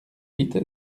huit